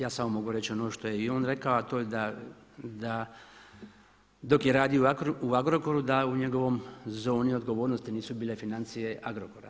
Ja samo mogu reći ono što je i on rekao, a to je da dok je radio u Agrokoru da u njegovoj zoni odgovornosti nisu bile financije Agrokora.